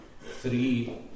three